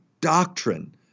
doctrine